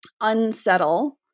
unsettle